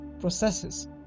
processes